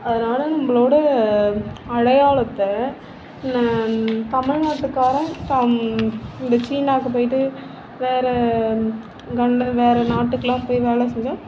அதனால் நம்மளோட அடையாளத்தை தமிழ்நாட்டுக்காரன் இந்த சீனாவுக்கு போய்ட்டு வேற கண்டம் வேற நாட்டுக்குலாம் போய் வேலை செஞ்சால்